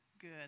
good